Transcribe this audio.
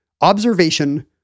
observation